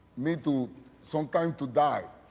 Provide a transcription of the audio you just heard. me to some time to die.